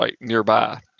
nearby